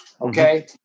okay